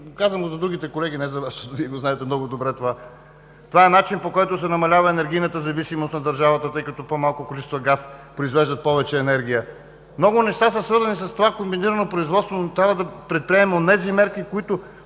Казвам го за другите колеги, не за Вас, Вие го знаете много добре това. Това е начин, по който се намалява енергийната зависимост на държавата, тъй като по-малко количество газ произвежда повече енергия. Много неща са свързани с това комбинирано производство, но трябва да предприемем онези мерки, които